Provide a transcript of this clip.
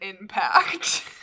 impact